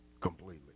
completely